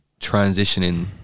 transitioning